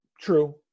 True